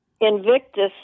Invictus